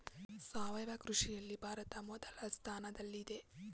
ಸಾವಯವ ಕೃಷಿಯಲ್ಲಿ ಭಾರತ ಮೊದಲ ಸ್ಥಾನದಲ್ಲಿದೆ